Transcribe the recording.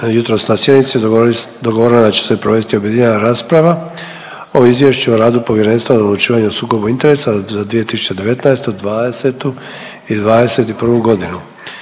Jutros na sjednici dogovoreno je da će se provesti objedinjena rasprava o: - Izvješću o radu Povjerenstva za odlučivanje o sukobu interesa za 2019. godinu;